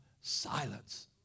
silence